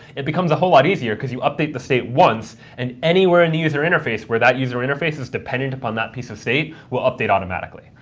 it becomes a whole lot easier, because you update the state once, and anywhere in the user interface where that user interface is dependent upon that piece of state will update automatically.